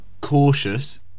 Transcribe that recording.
cautious